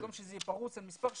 במקום שזה יהיה פרוס על מספר שנים,